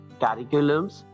curriculums